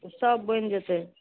तऽ सभ बनि जेतै